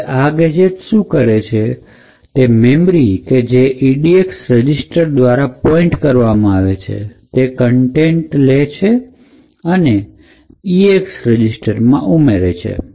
હવે આ ગેજેટ શું કરે છે તે મેમરી કે જે edx રજીસ્ટર દ્વારા પોઇન્ટ કરવામાં આવે છે તે કન્ટેન્ટ લઈ અને એ eax રજીસ્ટરમાં ઉમેરશે